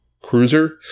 cruiser